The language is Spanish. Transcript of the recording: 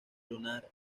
lunar